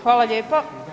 Hvala lijepa.